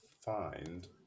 find